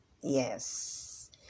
Yes